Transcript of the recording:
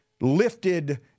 lifted